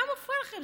מה מפריע לכם?